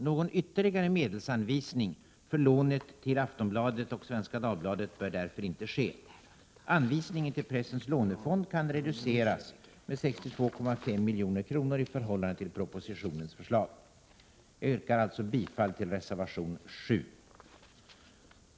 Någon ytterligare medelsanvisning för lånet till Aftonbladet och Svenska Dagbladet bör därför inte ske. Anvisningen till pressens lånefond kan reduceras med 62,5 milj.kr. i förhållande till propositionens förslag. Jag yrkar alltså bifall till reservation 7.